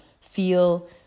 feel